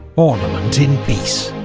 ornament in peace.